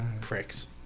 pricks